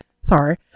sorry